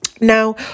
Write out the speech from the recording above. Now